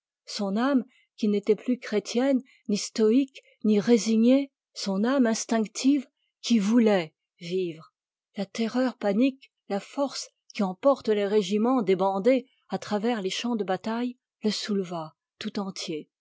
son âme qui n'était plus ni chrétienne ni stoïque ni résignée son âme qui voulait vivre la force qui emporte les régiments débandés à travers les champs de bataille le souleva tout entier